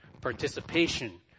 participation